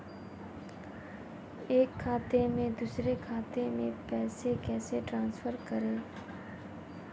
एक खाते से दूसरे खाते में पैसे कैसे ट्रांसफर करें?